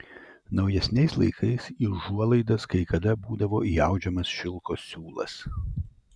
naujesniais laikais į užuolaidas kai kada būdavo įaudžiamas šilko siūlas